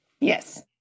Yes